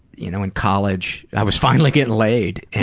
you know in college, i was finally getting laid.